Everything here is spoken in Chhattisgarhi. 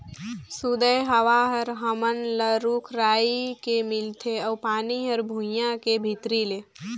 सुदय हवा हर हमन ल रूख राई के मिलथे अउ पानी हर भुइयां के भीतरी ले